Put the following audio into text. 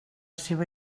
seva